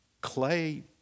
Clay